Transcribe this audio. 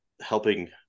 helping